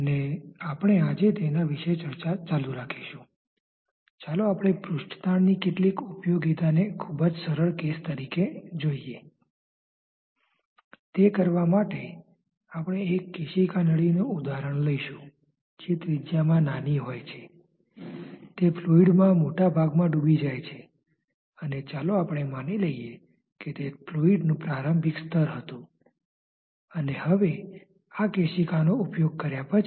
તેથી હવે આ પછીનાં કોયડામાં આપણે ફ્લેટ પ્લેટ પર બાઉન્ડ્રી લેયરના કિસ્સા વિશે ફરી સમજીશું કે જે કિસ્સા વિશે આપણે થોડાક સમય પહેલા ચર્ચા કરી હતી જ્યારે આપણે સ્નિગ્ધતા વિશે ચર્ચા કરી હતી